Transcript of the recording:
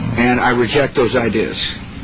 and i reject those ideas